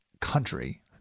country